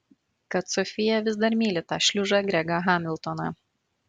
kad sofija vis dar myli tą šliužą gregą hamiltoną